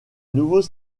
nouveaux